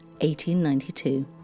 1892